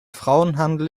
frauenhandel